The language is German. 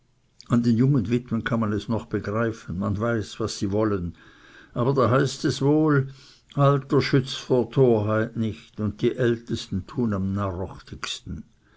an den jungen witwen kann man es noch begreifen man weiß was sie wollen aber da heißt es wohl alter schützt vor torheit nicht und die ältesten tun am